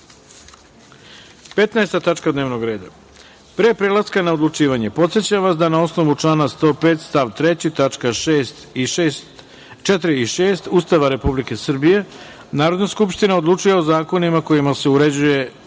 tačka dnevnog reda. Pre prelaska na odlučivanje, podsećam vas da, na osnovu člana 105. stav 3. tač. 4) i 6) Ustava Republike Srbije, Narodna skupština odlučuje o zakonima kojima se uređuju